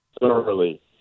thoroughly